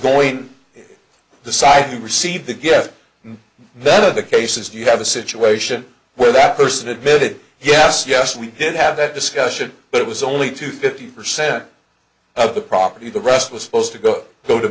going the side who received the gift that of the cases you have a situation where that person admitted yes yes we did have that discussion but it was only to fifty percent of the property the rest was supposed to go so to